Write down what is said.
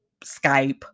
Skype